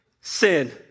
sin